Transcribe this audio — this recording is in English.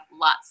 lots